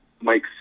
Mike